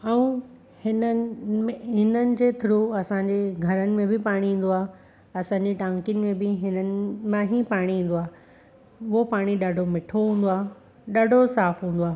ऐं हिननि में हिननि जे थ्रू असांजे घरनि में बि पाणी ईंदो आहे असांजे टांकियुनि में बि हिननि मां ई पाणी ईंदो आहे उहो पाणी ॾाढो मिठो हूंदो आहे ॾाढो साफ़ हूंदो आहे